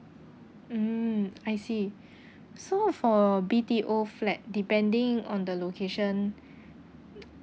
mm I see so for B_T_O flat depending on the location